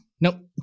Nope